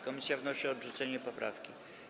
Komisja wnosi o odrzucenie poprawki.